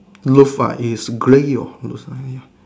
roof uh it's grey or roof one ya